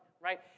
right